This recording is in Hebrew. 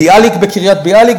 "ביאליק" בקריית-ביאליק,